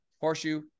Horseshoe